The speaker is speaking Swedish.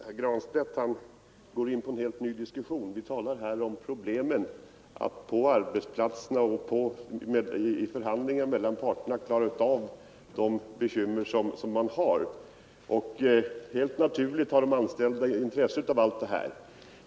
Herr talman! Herr Granstedt går in på en helt ny diskussion. Vi talade här om problemet att på arbetsplatserna och vid förhandlingar mellan parterna klara av de bekymmer som man har. Helt naturligt har de anställda intresse av allt detta.